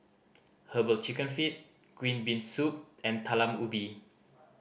Herbal Chicken Feet green bean soup and Talam Ubi